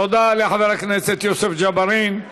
תודה רבה לחבר הכנסת יוסף ג'בארין.